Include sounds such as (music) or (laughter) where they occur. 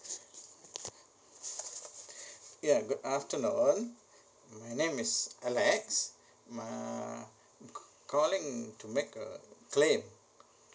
(breath) ya good afternoon my name is alex uh call calling to make a claim